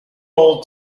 old